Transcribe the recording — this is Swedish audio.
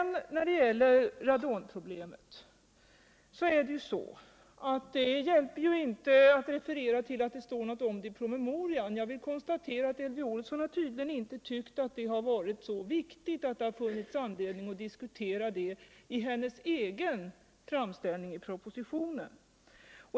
När det gäller radonproblemet hjälper det ju inte att referera till att det står om det i promemorian. Jag vill konstatera att Elvy Olsson tydligen inte har tyckt att det har varit så viktigt att det funnits anledning att diskutera det i hennes egen framställning i propositionen.